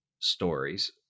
stories